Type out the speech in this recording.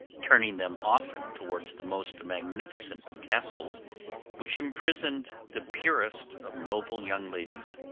turning them often towards the most magnificent of castles which imprisoned the purest of noble young ladies.